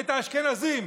את האשכנזים,